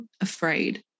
afraid